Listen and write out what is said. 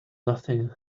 nothing